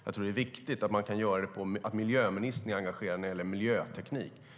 Jag tror att det är viktigt att miljöministern är engagerad när det gäller miljöteknik.